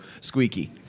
Squeaky